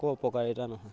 একো অপকাৰিতা নহয়